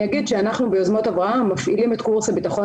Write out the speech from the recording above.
אני אגיד שאנחנו ביוזמות אברהם מפעילים את קורס הביטחון